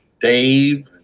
Dave